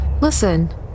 Listen